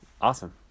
Awesome